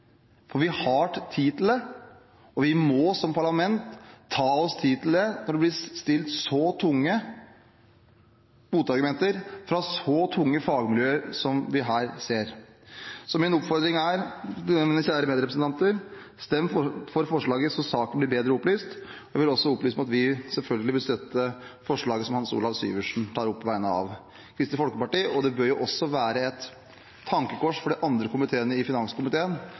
vurdering. Vi har tid til det, og vi må som parlament ta oss tid til det når det blir framsatt så tunge motargumenter fra så tunge fagmiljøer som vi her ser. Så min oppfordring er: Kjære medrepresentanter, stem for forslaget, slik at saken blir bedre opplyst! Jeg vil også opplyse om at vi selvfølgelig vil støtte forslaget som Hans Olav Syversen tar opp på vegne av Kristelig Folkeparti. Det bør være et tankekors for de andre medlemmene i finanskomiteen